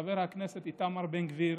שחבר הכנסת איתמר בן גביר